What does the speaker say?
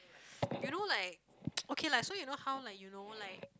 you know like okay lah so you know how like you know like